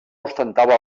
ostentava